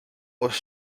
was